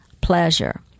pleasure